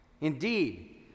Indeed